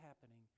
happening